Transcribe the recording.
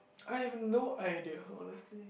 I have no idea honestly